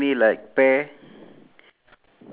K then move on to the sand area ah